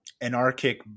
anarchic